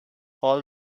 all